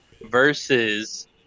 versus